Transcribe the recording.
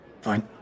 Fine